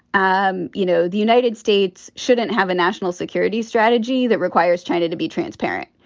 um you know, the united states shouldn't have a national security strategy that requires china to be transparent.